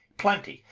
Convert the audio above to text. plenty,